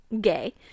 gay